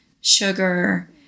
sugar